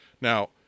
Now